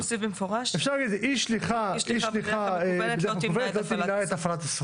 אפשר לכתוב שאי שליחה מקוונת לא תמנע את הפעלת הסמכות.